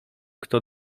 kto